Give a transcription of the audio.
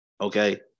okay